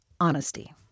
honesty